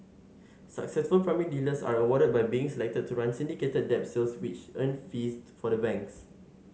successful primary dealers are rewarded by being selected to run syndicated debt sales which earn fees for the banks